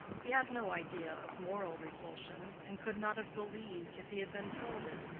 he had no idea of moral repulsion, and could not have believed, if he had been told it,